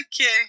okay